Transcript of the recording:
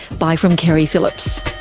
bye from keri phillips